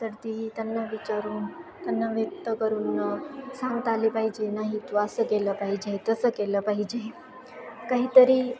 तर ती त्यांना विचारून त्यांना व्यक्त करून सांगता आले पाहिजे नाही तू असं केलं पाहिजे तसं केलं पाहिजे काहीतरी